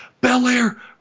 Belair